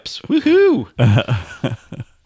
woohoo